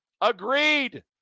agreed